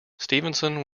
stephenson